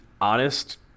honest